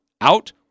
out